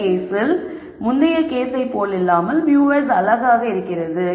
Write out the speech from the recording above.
இந்த கேஸில் முந்தைய கேஸை போலல்லாமல் μs அழகாக இருக்கிறது